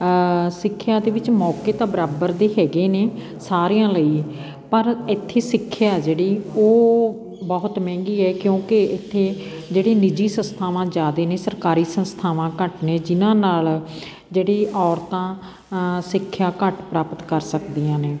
ਸਿੱਖਿਆ ਦੇ ਵਿੱਚ ਮੌਕੇ ਤਾਂ ਬਰਾਬਰ ਦੇ ਹੈਗੇ ਨੇ ਸਾਰਿਆਂ ਲਈ ਪਰ ਇੱਥੇ ਸਿੱਖਿਆ ਜਿਹੜੀ ਉਹ ਬਹੁਤ ਮਹਿੰਗੀ ਹੈ ਕਿਉਂਕਿ ਇੱਥੇ ਜਿਹੜੀ ਨਿੱਜੀ ਸੰਸਥਾਵਾਂ ਜ਼ਿਆਦਾ ਨੇ ਸਰਕਾਰੀ ਸੰਸਥਾਵਾਂ ਘੱਟ ਨੇ ਜਿਨ੍ਹਾਂ ਨਾਲ ਜਿਹੜੀ ਔਰਤਾਂ ਸਿੱਖਿਆ ਘੱਟ ਪ੍ਰਾਪਤ ਕਰ ਸਕਦੀਆਂ ਨੇ